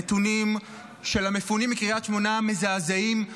הנתונים של המפונים מקריית שמונה מזעזעים,